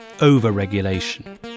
over-regulation